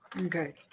okay